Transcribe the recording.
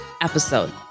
episode